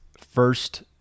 first